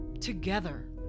Together